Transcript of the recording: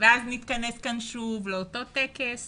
ואז נתכנס כאן שוב לאותו טקס